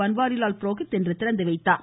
பன்வாரிலால் புரோஹித் இன்று திறந்து வைத்தார்